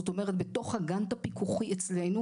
זאת אומרת: בתוך הגנט הפיקוחי אצלנו,